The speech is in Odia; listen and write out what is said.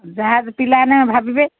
ଯାହା ପିଲାମାନେେ ଭାବିବେ